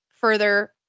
further